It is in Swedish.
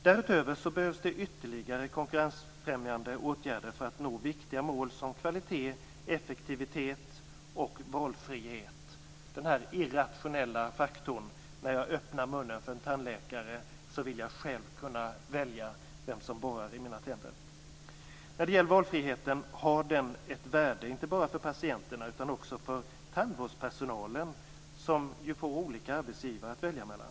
Därutöver behövs det ytterligare konkurrensfrämjande åtgärder för att nå viktiga mål som kvalitet, effektivitet och valfrihet. Därtill kommer en irrationell faktor: När man öppnar munnen för en tandläkare vill man själv kunna välja vem som borrar i ens tänder. Valfriheten har ett värde inte bara för patienterna utan också för tandvårdspersonalen, som ju får olika arbetsgivare att välja mellan.